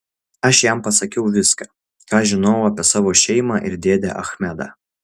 aš jam pasakiau viską ką žinojau apie savo šeimą ir dėdę achmedą